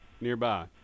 nearby